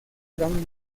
gran